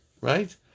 right